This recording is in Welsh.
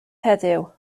heddiw